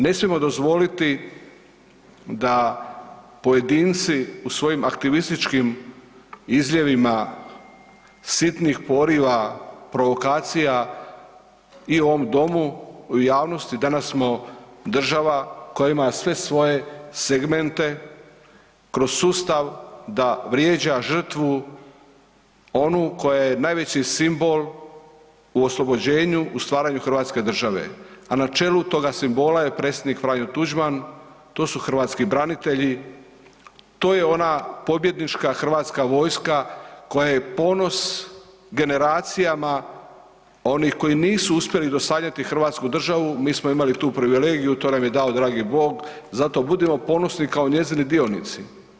Ne smijemo dozvoliti da pojedinci u svojim aktivističkim izljevima sitnih poriva, provokacija i u ovom domu i u javnosti, danas smo država koja ima sve svoje segmente kroz sustav da vrijeđa žrtvu onu koja je najveći simbol u oslobođenju, u stvaranju hrvatske države, a na čelu toga simbola je predsjednik Franjo Tuđman, to su hrvatski branitelji, to je ona pobjednička HV koja je ponos generacijama onih koji nisu uspjeli dosanjati hrvatsku državu, mi smo imali tu privilegiju, to nam je dao dragi Bog, zato budimo ponosni kao njezini dionici.